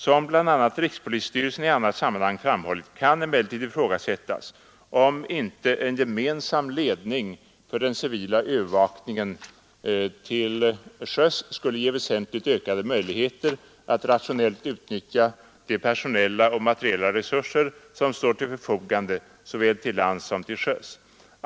Som bl.a. rikspolisstyrelsen i annat sammanhang framhållit kan emellertid ifrågasättas om inte en gemensam ledning för den civila övervakningen till sjöss skulle ge väsentligt ökade möjligheter att rationellt utnyttja de personella och materiella resurser som står till förfogande såväl till lands som sjöss.